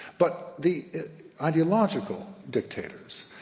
but the ideological dictators,